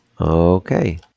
Okay